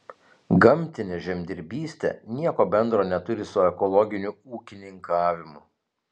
gamtinė žemdirbystė nieko bendro neturi su ekologiniu ūkininkavimu